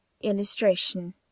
Illustration